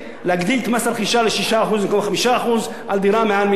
מציע להגדיל את מס הרכישה ל-6% במקום 5% על דירה מעל מיליון שקל.